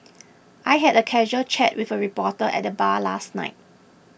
I had a casual chat with a reporter at the bar last night